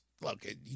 look